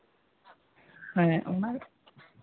ᱦᱮᱸ ᱚᱱᱟ